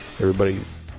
Everybody's